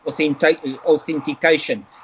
authentication